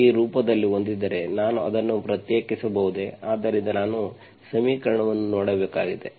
ನಾನು ಈ ರೂಪದಲ್ಲಿ ಹೊಂದಿದ್ದರೆ ನಾನು ಅದನ್ನು ಪ್ರತ್ಯೇಕಿಸಬಹುದೇ ಆದ್ದರಿಂದ ನಾನು ಸಮೀಕರಣವನ್ನು ನೋಡಬೇಕಾಗಿದೆ